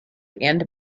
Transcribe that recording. and